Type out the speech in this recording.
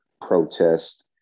protest